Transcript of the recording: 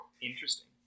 Interesting